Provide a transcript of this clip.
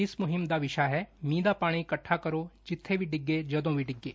ਇਸ ਮੁਹਿੰਮ ਦਾ ਵਿਸ਼ਾ ਹੈ ਮੀਂਹ ਦਾ ਪਾਣੀ ਇਕੱਠਾ ਕਰੋ ਜਿੱਬੇ ਵੀ ਡਿੱਗੇ ਜਦੋਂ ਵੀ ਡਿੱਗੇ